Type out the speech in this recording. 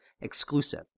exclusive